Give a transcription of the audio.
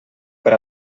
per